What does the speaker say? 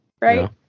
Right